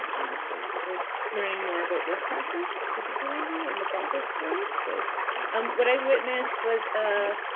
i'm excited about learning more about this practice, particularly, and the process for it. so um what i witnessed was a